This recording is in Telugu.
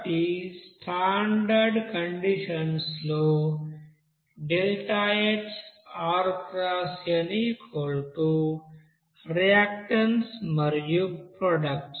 కాబట్టి స్టాండర్డ్ కండీషన్స్ లో ΔHRxnరియాక్టన్స్ ప్రొడక్ట్స్